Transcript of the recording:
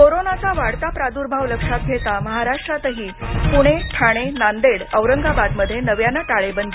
कोरोनाचा वाढता प्रादूर्भाव लक्षात घेता महाराष्ट्रातही पुणे ठाणे नांदेड औरंगाबादमध्ये नव्यानं टाळेबंदी